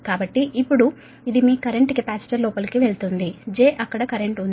కాబట్టి ఇప్పుడు ఇది మీ కరెంట్ కెపాసిటర్ లోపలికి వెళుతుంది j అక్కడ కరెంట్ ఉంది